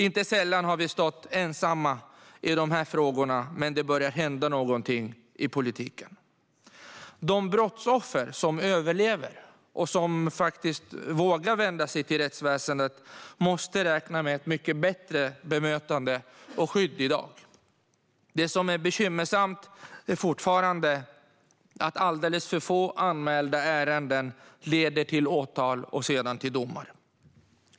Inte sällan har vi stått ensamma i de här frågorna, men nu börjar det hända någonting i politiken. De brottsoffer som överlever och som faktiskt vågar vända sig till rättsväsendet måste kunna räkna med ett mycket bättre bemötande och skydd än i dag. Det som är bekymmersamt är att det fortfarande är alldeles för få anmälda ärenden som leder till åtal och sedan till domar.